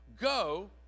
Go